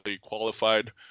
qualified